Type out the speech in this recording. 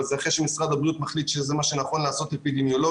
אבל זה אחרי שמשרד הבריאות מחליט שזה מה שנכון לעשות אפידמיולוגית,